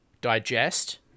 digest